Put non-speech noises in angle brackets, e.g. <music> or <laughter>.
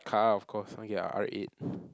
car of course I want to get a R-eight <breath>